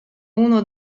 uno